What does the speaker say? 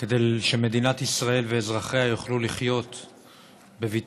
כדי שמדינת ישראל ואזרחיה יוכלו לחיות בביטחון.